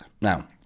Now